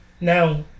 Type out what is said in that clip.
Now